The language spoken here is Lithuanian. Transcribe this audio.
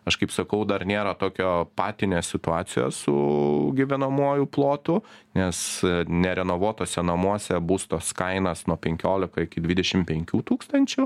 aš kaip sakau dar nėra tokio patinės situacijos su gyvenamuoju plotu nes nerenovuotuose namuose būstos kainos nuo penkiolika iki dvidešim penkių tūkstančių